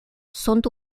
sont